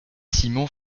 simon